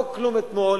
לא כלום אתמול,